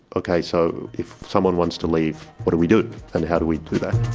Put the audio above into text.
okay, so if someone wants to leave, what do we do and how do we do that?